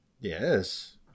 Yes